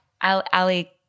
Ali